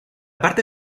parte